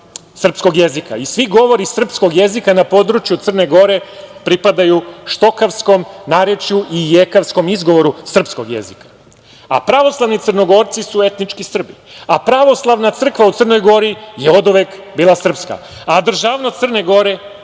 srpskog jezika. I svi govori srpskog jezika na području Crne Gore pripadaju štokavskom narečju i ijekavskom izgovoru srpskog jezika, a pravoslavni Crnogorci su etnički Srbi, a pravoslavna crkva u Crnoj Gori je oduvek bila srpska, a državnost Crne Gore